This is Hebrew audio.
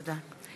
תודה.